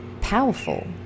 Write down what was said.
powerful